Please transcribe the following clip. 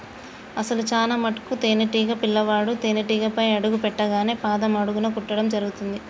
అసలు చానా మటుకు తేనీటీగ పిల్లవాడు తేనేటీగపై అడుగు పెట్టింగానే పాదం అడుగున కుట్టడం జరుగుతుంది